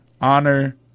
honor